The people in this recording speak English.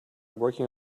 working